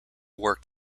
worked